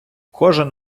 кожен